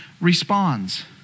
responds